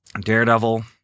Daredevil